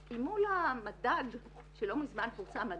אז מול מדד הדמוקרטיה שלא מזמן פורסם,